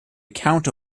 account